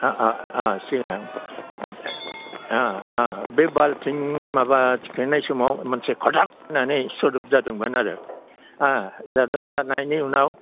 सिगां बे बाल्थिं माबा थिखांनाय समाव मोनसे खाथाख होननानै सोदोब जादोंमोन आरो जादो जानायनि उनाव